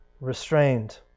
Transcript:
restrained